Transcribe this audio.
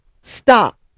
stop